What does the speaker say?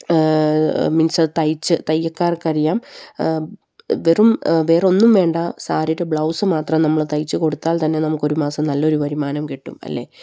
means അത് തയ്ച്ച് തയ്യല്ക്കാർക്കറിയാം വെറും വേറെയൊന്നും വേണ്ട സാരിയുടെ ബ്ലൗസ് മാത്രം നമ്മള് തയ്ച്ചുകൊടുത്താൽ തന്നെ നമുക്കൊരു മാസം നല്ലയൊരു വരുമാനം കിട്ടും അല്ലേ